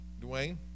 Dwayne